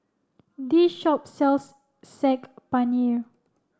this shop sells Saag Paneer